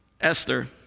Esther